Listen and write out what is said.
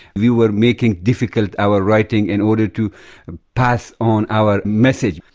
we were making difficult our writing in order to ah pass on our message.